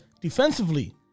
defensively